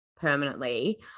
permanently